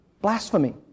Blasphemy